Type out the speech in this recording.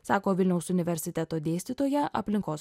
sako vilniaus universiteto dėstytoja aplinkos